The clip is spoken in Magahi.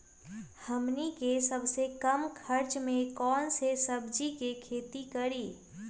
हमनी के सबसे कम खर्च में कौन से सब्जी के खेती करी?